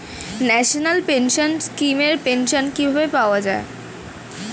National pension scheme এর pension কিভাবে পাওয়া যায়?